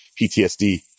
PTSD